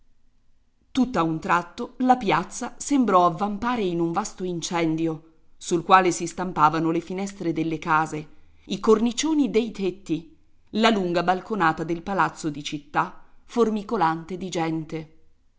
io tutt'a un tratto la piazza sembrò avvampare in un vasto incendio sul quale si stampavano le finestre delle case i cornicioni dei tetti la lunga balconata del palazzo di città formicolante di gente